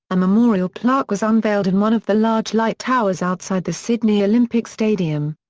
a memorial plaque was unveiled in one of the large light towers outside the sydney olympic stadium.